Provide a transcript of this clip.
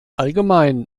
allgemein